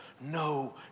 no